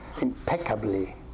impeccably